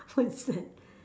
what is that